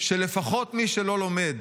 שלפחות מי שלא לומד,